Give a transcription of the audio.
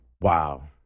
wow